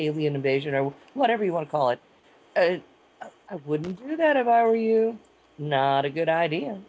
alien invasion or whatever you want to call it i wouldn't do that if i were you not a good idea